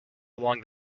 along